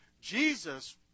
Jesus